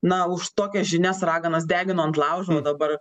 na už tokias žinias raganas degino ant laužo o dabar